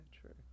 true